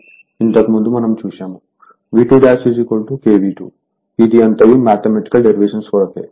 ఇంతకుముందు మనం చూశాము V2 kV2 ఇది అంతయూ మ్యాథమెటికల్ డెరివేషన్స్ కొరకే